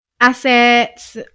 assets